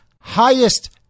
highest